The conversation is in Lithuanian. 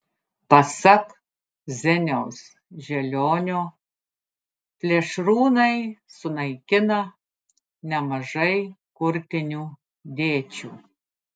pasak zeniaus želionio plėšrūnai sunaikina nemažai kurtinių dėčių